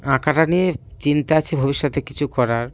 আঁকাটা নিয়ে চিন্তা আছে ভবিষ্যতে কিছু করার